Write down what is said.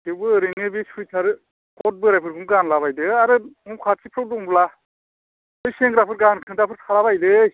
थेवबो ओरैनो बे सुइथार कट बोरायफोरखौनो गानला बायदो आरो न' खाथिफ्राव दंब्ला बे सेंग्राफोर गानखोन्दाफोर थाला बायोलै